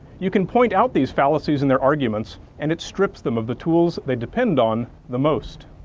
you can point out these fallacies in their arguments and it strips them of the tools they depend on the most.